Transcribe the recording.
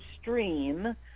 stream